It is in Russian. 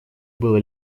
было